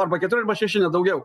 arba keturi arba šeši ne daugiau